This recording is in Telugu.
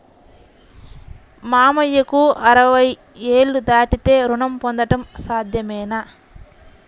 మామయ్యకు అరవై ఏళ్లు దాటితే రుణం పొందడం సాధ్యమేనా?